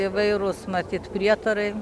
įvairūs matyt prietarai